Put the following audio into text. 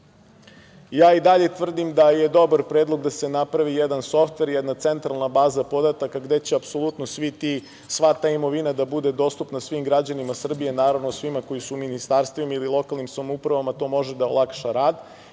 Ja i dalje tvrdim da je dobar predlog da se napravi jedan softver, jedna centralna baza podataka gde će apsolutno sva ta imovina da bude dostupna svim građanima Srbije. Naravno, svima koji su u ministarstvima ili lokalnim samoupravama to može da olakša rad.